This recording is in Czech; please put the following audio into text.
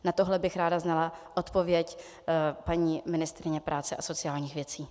Na tohle bych ráda znala odpověď paní ministryně práce a sociálních věcí.